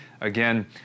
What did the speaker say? Again